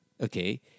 okay